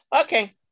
Okay